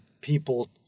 people